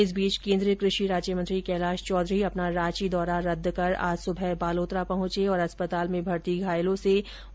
इस बीच केन्द्रीय कृषि राज्य मंत्री कैलाश चौधरी अपना रांची दौरा रद्द कर आज सुबह बालोतरा पहुंचे और अस्पताल में भर्ती घायलों से उनकी कुशलक्षेम पूछी